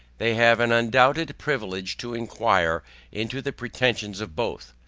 they have an undoubted privilege to inquire into the pretensions of both,